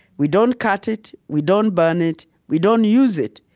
we don't cut it. we don't burn it. we don't use it.